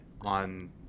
on